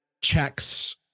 checks